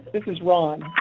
this is ron.